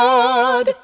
God